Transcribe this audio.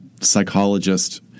psychologist